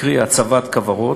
קרי, הצבת כוורות,